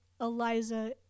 eliza